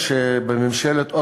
2154,